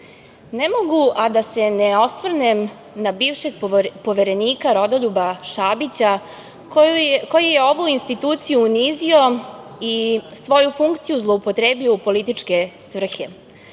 mogu a da se ne osvrnem na bivšeg Poverenika Rodoljuba Šabića, koji je ovu instituciju unizio i svoju funkciju zloupotrebio u političke svrhe.